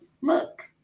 look